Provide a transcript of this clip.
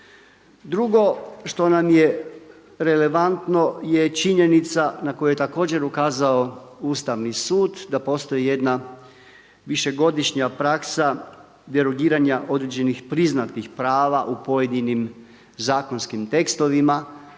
Drugo što nam je relevantno je činjenica na koje je također ukazao Ustavni sud da postoji jedna višegodišnja praksa derogiranja određenih priznatih prava u pojedinim zakonskim tekstovima